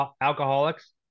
alcoholics